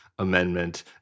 amendment